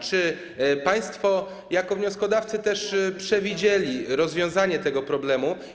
Czy państwo jako wnioskodawcy przewidzieli rozwiązanie też tego problemu?